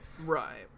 Right